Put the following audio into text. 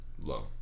Low